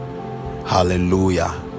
Hallelujah